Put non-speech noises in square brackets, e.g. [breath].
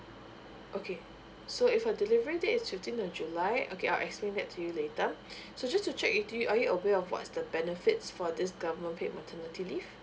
okay so if her delivery date is fifteen of july okay I'll explain that to you later [breath] so just to check with you are you aware of what's the benefits for this government paid maternity leave